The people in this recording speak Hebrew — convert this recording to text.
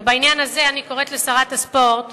ובעניין הזה אני קוראת לשרת הספורט